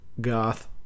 goth